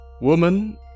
Woman